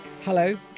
Hello